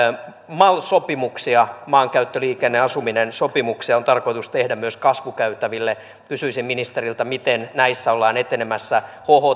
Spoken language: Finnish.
mal sopimuksia maankäyttö liikenne ja asuminen sopimuksia on tarkoitus tehdä myös kasvukäytäville kysyisin ministeriltä miten näissä ollaan etenemässä hht